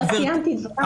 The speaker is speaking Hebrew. לא סיימתי את דבריי.